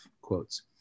quotes